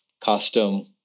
custom